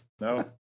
no